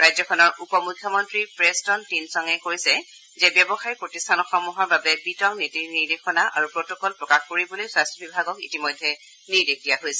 ৰাজ্যখনৰ উপ মুখ্যমন্ত্ৰী প্ৰেষ্টন টিনছঙে কৈছে যে ব্যৱসায়িক প্ৰতিষ্ঠানসমূহৰ বাবে বিতং নীতি নিৰ্দেশনা আৰু প্ৰট'কল প্ৰকাশ কৰিবলৈ স্বাস্থ্য বিভাগক নিৰ্দেশ দিয়া হৈছে